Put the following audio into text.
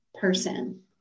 person